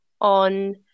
on